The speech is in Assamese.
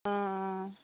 অঁ অঁ